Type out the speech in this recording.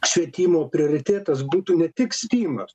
švietimo prioritetas būtų ne tik stymas